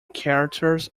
characters